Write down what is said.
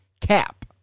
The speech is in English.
cap